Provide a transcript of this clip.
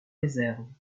réserves